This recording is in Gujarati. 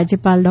રાજ્યપાલ ડો